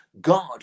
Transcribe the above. God